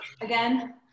again